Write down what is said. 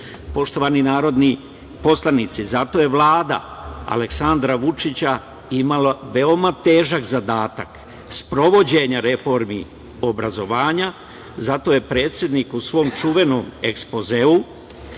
sistema. Poštovani narodni poslanici, zato je Vlada Aleksandra Vučića imala veoma težak zadatak sprovođenja reformi obrazovanja. Zato je predsednik u svom čuvenom ekspozeu